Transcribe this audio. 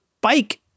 bike